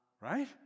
Right